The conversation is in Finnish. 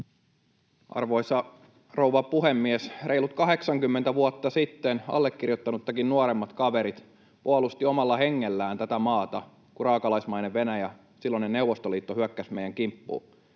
Arvoisa rouva puhemies! Reilut 80 vuotta sitten allekirjoittanuttakin nuoremmat kaverit puolustivat omalla hengellään tätä maata, kun raakalaismainen Venäjä, silloinen Neuvostoliitto, hyökkäsi meidän kimppuun.